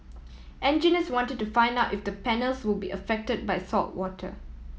engineers wanted to find out if the panels would be affected by saltwater